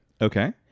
Okay